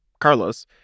Carlos